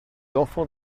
enfants